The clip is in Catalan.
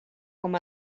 com